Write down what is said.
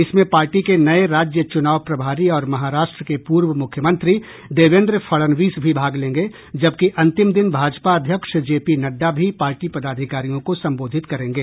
इसमें पार्टी के नये राज्य चुनाव प्रभारी और महाराष्ट्र के पूर्व मुख्यमंत्री देवेन्द्र फड़णवीस भी भाग लेंगे जबकि अंतिम दिन भाजपा अध्यक्ष जे पी नड्डा भी पार्टी पदाधिकारियों को संबोधित करेंगे